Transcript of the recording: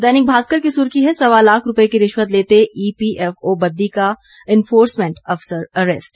दैनिक भास्कर की सुर्खी है सवा लाख रूपए की रिश्वत लेते ईपीएफओ बद्दी का इन्फोरसमेंट अफसर अरेस्ट